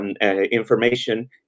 information